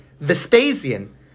Vespasian